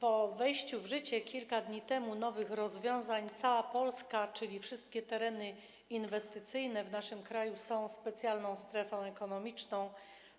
Po wejściu w życie kilka dni temu nowych rozwiązań cała Polska, czyli wszystkie tereny inwestycyjne w naszym kraju, jest specjalną strefą ekonomiczną,